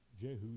Jehu